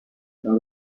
dans